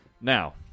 now